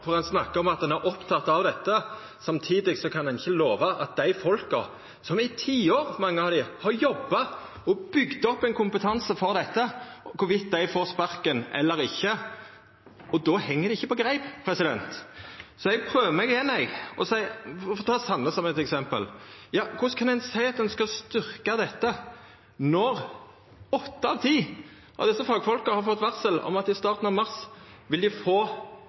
Ein snakkar om at ein er oppteken av dette, og samtidig kan ein ikkje lova noko når det gjeld dei folka som – i tiår, mange av dei – har jobba og bygd opp ein kompetanse rundt dette, om dei får sparken eller ikkje. Det heng ikkje på greip. Så eg prøver meg igjen – eg får ta Sandnes som eit eksempel: Korleis kan ein seia at ein skal styrkja dette når åtte av ti av desse fagfolka har fått varsel om at dei i starten av mars vil få